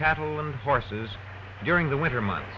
cattle and horses during the winter months